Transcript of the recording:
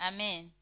Amen